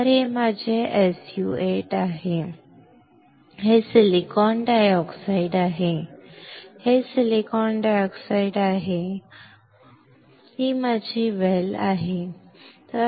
तर हे माझे SU 8 आहे हे सिलिकॉन डायऑक्साइड आहे हे सिलिकॉन डायऑक्साइड आहे हे सिलिकॉन आहे बरोबर आणि ही माझी वेल आहे बरोबर